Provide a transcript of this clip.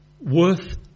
Worth